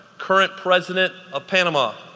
current president of panama.